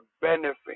benefit